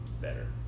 better